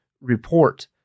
report